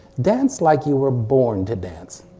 dance like you were born to dance.